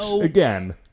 again